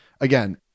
Again